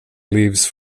leaves